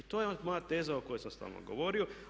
To je moja teza o kojoj sam stalno govorio.